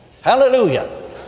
Hallelujah